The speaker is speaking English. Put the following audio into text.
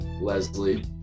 Leslie